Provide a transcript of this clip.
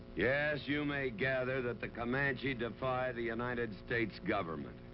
yes, you may gather that the comanche defy the united states government.